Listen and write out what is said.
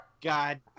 God